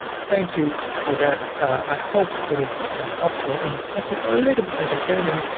thank you for that. i hope it is ah helpful and it's also a little bit entertaining.